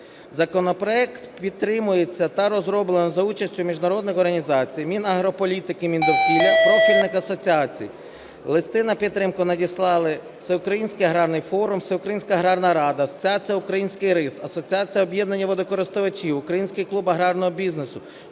Законопроект підтримується та розроблений за участі міжнародних організацій, Мінагрополітики, Міндовкілля, профільних асоціацій. Листи на підтримку надіслали: Всеукраїнський аграрний форум, Всеукраїнська аграрна рада, Асоціація "Український рис", Асоціація "Об'єднання водокористувачів", Український клуб аграрного бізнесу,